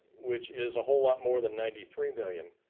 which is a whole lot more than ninety three million.